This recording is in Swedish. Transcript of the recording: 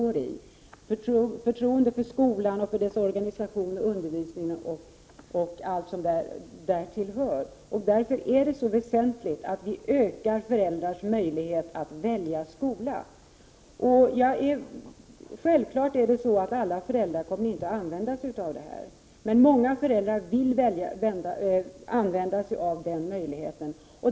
Det är viktigt att de känner förtroende för skolan, dess organisation, för undervisningen och allt som därtill hör. Därför är det så väsentligt att vi ökar föräldrars möjlighet att välja skola. Självfallet kommer inte alla föräldrar att använda sig av den möjligheten, men många föräldrar vill göra det.